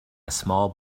small